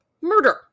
murder